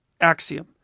axiom